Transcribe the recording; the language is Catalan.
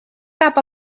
cap